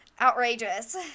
outrageous